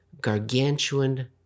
gargantuan